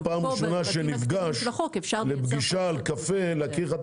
היום זוג שנפגש לפגישה על קפה כדי